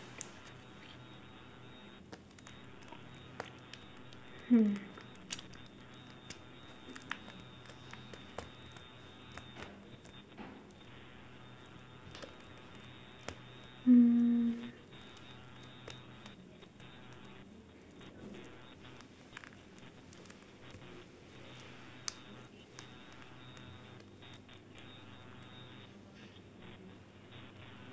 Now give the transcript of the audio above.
hmm mm